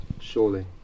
surely